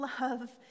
love